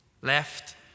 Left